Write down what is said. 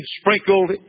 sprinkled